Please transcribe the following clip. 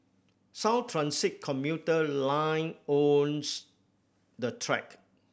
sound transit commuter line owns the track